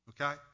Okay